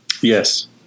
Yes